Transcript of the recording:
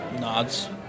nods